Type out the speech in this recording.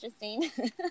interesting